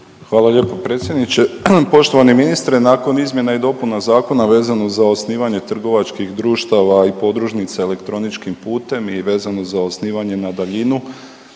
Hvala lijepo predsjedniče. Poštovani ministre, nakon izmjena i dopuna zakona vezano za osnivanje trgovačkih društava i podružnica elektroničkim putem i vezano za osnivanje na daljinu,